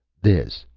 this,